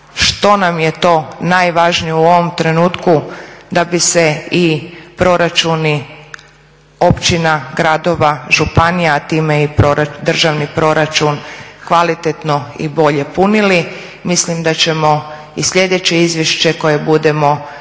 što nam je to najvažnije u ovom trenutku da bi se i proračuni općina, gradova, županija, a time i državni proračun kvalitetno i bolje punili, mislim da ćemo i sljedeće izvješće koje budemo